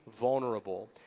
vulnerable